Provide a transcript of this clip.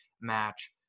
match